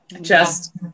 Just-